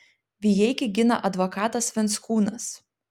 vijeikį gina advokatas venckūnas